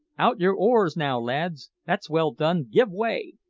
out your oars now, lads! that's well done! give way!